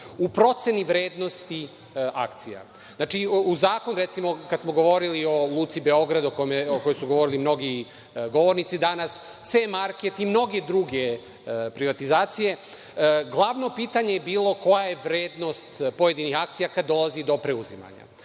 U proceni vrednosti akcija. Znači, kada smo govorili o Luci Beograd, o kojoj su govorili mnogi govornici danas, C market i mnoge druge privatizacije, glavno pitanje je bilo – koja je vrednost pojedinih akcija kada dolazi do preuzimanja,